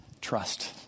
trust